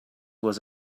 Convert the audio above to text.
was